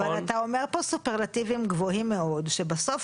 אבל אתה אומר פה סופרלטיבים גבוהים מאוד שבסוף